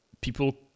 people